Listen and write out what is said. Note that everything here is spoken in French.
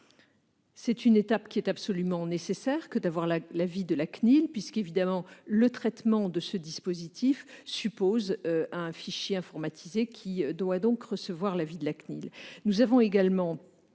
C'est une étape qui est absolument nécessaire, puisque, évidemment, le traitement de ce dispositif suppose un fichier informatisé, qui doit donc recevoir l'avis de la CNIL.